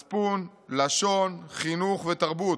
מצפון, לשון, חינוך ותרבות,